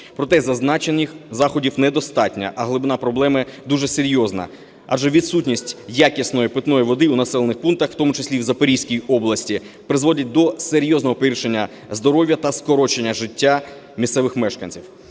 Проте зазначених заходів недостатньо, а глибина проблеми дуже серйозна, адже відсутність якісної питної води у населених пунктах, в тому числі і в Запорізькій області, призводять до серйозного погіршення здоров'я та скорочення життя місцевих мешканців.